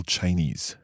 Chinese